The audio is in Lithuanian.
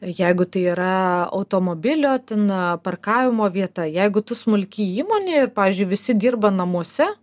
jeigu tai yra automobilio ten parkavimo vieta jeigu tu smulki įmonė ir pavyzdžiui visi dirba namuose